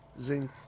Zing